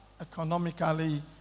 economically